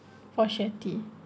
for share tea